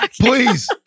Please